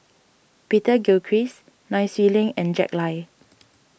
Peter Gilchrist Nai Swee Leng and Jack Lai